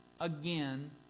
again